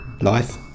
Life